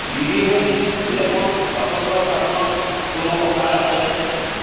বিবি home lemon বাচন ধোৱা চাবোনত কোনো অফাৰ আছেনে